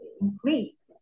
increase